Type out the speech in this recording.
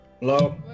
Hello